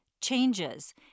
changes